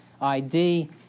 ID